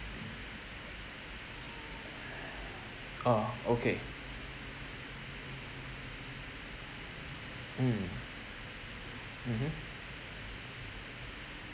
orh okay mm mmhmm